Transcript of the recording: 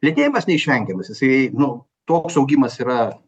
lėtėjimas neišvengiamas jisai nu toks augimas yra